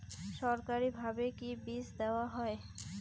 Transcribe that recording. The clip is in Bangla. সরকারিভাবে কি বীজ দেওয়া হয়?